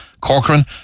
Corcoran